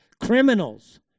criminals